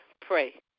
pray